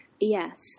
Yes